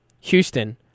Houston